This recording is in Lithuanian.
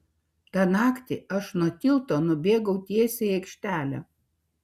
tą naktį aš nuo tilto nubėgau tiesiai į aikštelę